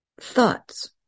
thoughts